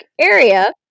area